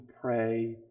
pray